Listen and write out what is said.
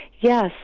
yes